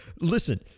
listen